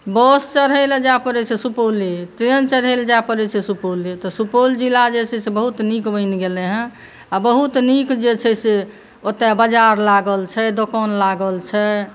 बस चढ़ै लए जाय पड़ै छै सुपौले ट्रेन चढ़ै लए जाए पड़ै छै सुपौले सुपौल जिला जे छै से बहुत नीक बनि गेलै हँ आ बहुत नीक जे छै से ओतऽ बाजार लागल छै दोकान लागल छै